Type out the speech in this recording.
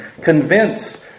Convince